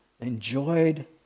enjoyed